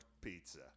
pizza